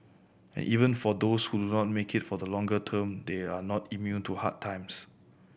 and even for those who learn make it for the longer term they are not immune to hard times